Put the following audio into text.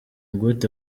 gute